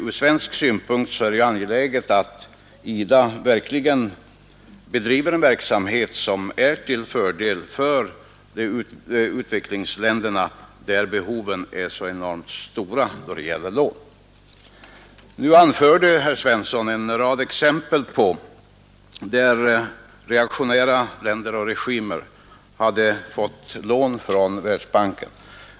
Ur svensk synpunkt är det nämligen angeläget att IDA verkligen bedriver en verksamhet som är till fördel för utvecklingsländerna, där behoven av lån är mycket stora. Herr Svensson anförde en rad exempel på reaktionära länder och regimer som hade fått lån från Världsbanken.